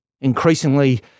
increasingly